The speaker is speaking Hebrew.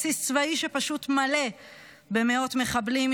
בסיס צבאי שפשוט מלא במאות מחבלים,